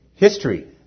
History